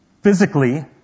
physically